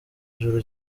juru